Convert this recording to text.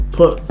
put